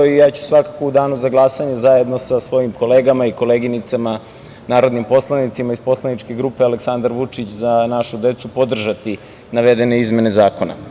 I ja ću u danu za glasanje, zajedno sa svojim kolegama i koleginicama narodnim poslanicima iz poslaničke grupe Aleksandar Vučić - Za našu decu, podržati navedene izmene zakona.